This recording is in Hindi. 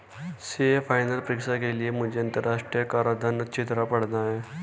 सीए फाइनल परीक्षा के लिए मुझे अंतरराष्ट्रीय कराधान अच्छी तरह पड़ना है